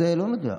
אז זה לא נגע,